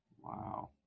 Wow